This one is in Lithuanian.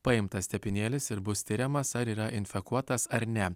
paimtas tepinėlis ir bus tiriamas ar yra infekuotas ar ne